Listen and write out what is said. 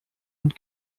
und